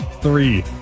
Three